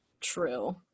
True